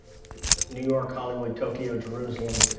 new york, hollywood, tokyo, jerusalem,